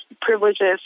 privileges